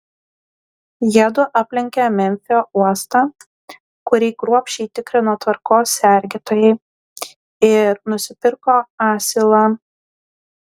jiedu aplenkė memfio uostą kurį kruopščiai tikrino tvarkos sergėtojai ir nusipirko asilą